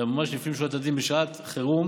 זה היה ממש לפנים משורת הדין, בשעת חירום